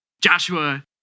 Joshua